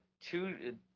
two